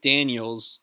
Daniels